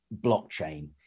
blockchain